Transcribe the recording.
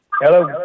Hello